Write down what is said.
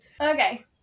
Okay